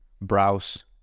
browse